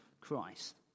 Christ